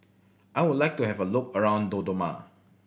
I would like to have a look around Dodoma